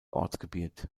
ortsgebiet